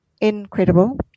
incredible